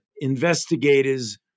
investigators